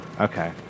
okay